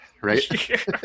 right